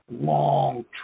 long